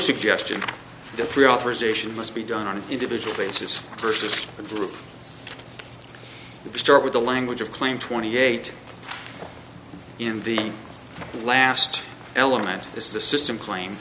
suggestion to pre authorization must be done on an individual basis versus the group to start with the language of claim twenty eight in the last element is the system claim